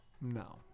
No